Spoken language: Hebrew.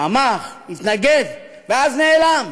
תמך, התנגד, ואז נעלם.